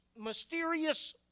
mysterious